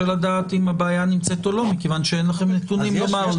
לדעת אם הבעיה נמצאת או לא מכיוון שאין לכם נתונים לומר לי.